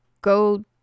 go